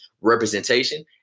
representation